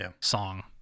song